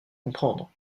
comprendre